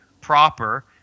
proper